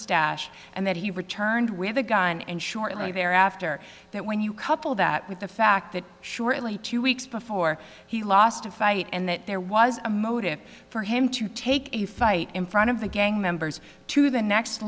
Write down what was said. stash and then he returned with a gun and shortly thereafter that when you couple that with the fact that shortly two weeks before he lost a fight and that there was a motive for him to take a fight in front of the gang members to the next